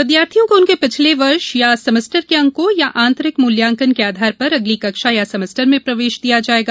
विद्यार्थियों को उनके पिछले वर्ष या सेमेस्टर के अंकों या आंतरिक मूल्यांकन के आधार पर अगली कक्षा या सेमेस्टर में प्रवेश दिया जाएगा